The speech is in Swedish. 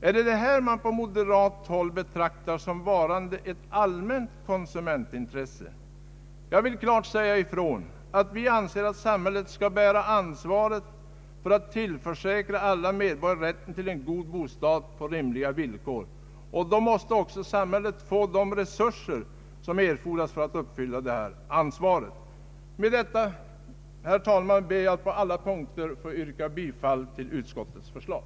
är det detta man på moderat håll betraktar såsom ett allmänt konsumentintresse? Jag vill klart säga, att om vi anser att samhället skall bära ansvaret för att tillförsäkra alla medborgare rätten till en god bostad på rimliga villkor, då måste också samhället få de resurser som erfordras för att uppfylla detta ansvar. Med detta ber jag, herr talman, att på alla punkter få yrka bifall till utskottets förslag.